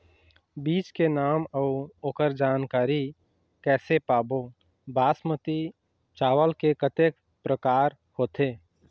बीज के नाम अऊ ओकर जानकारी कैसे पाबो बासमती चावल के कतेक प्रकार होथे?